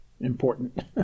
important